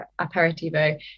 aperitivo